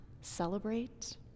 celebrate